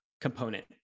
component